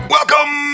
Welcome